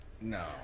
No